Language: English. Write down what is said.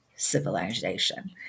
civilization